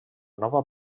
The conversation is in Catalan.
nova